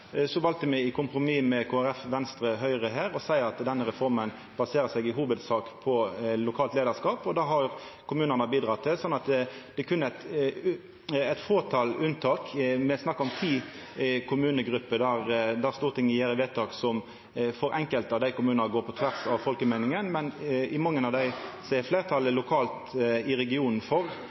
Så valde vi, gjennom eit kompromiss med Kristeleg Folkeparti, Venstre og Høgre, å seia at denne reforma i hovudsak baserer seg på lokal leiarskap, og det har kommunane bidrege til. Så det er berre eit fåtal unntak – vi snakkar om ti kommunegrupper der Stortinget gjer vedtak som for enkelte av kommunane sin del går på tvers av folkemeininga. Men i mange av dei er fleirtalet lokalt i regionen for,